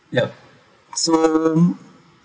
yup soon